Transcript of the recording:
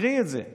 תקראי את זה.